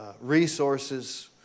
resources